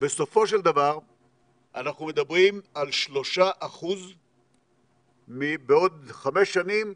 אנחנו מדברים על 3% בעוד חמש שנים,